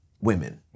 women